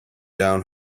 down